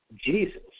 Jesus